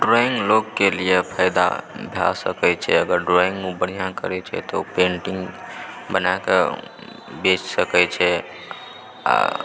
drawing लोगके लिए फायदा भए सकै छै अगर ड्राइङ्गमे बढ़िआँ करै छै ओ पेंटिङ्ग बना कऽ बेच सकै छै आ